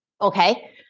okay